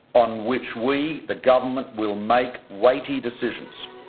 on which we the government will make weighty decisions.